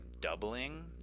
doubling